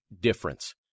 difference